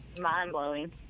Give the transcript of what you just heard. mind-blowing